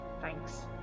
thanks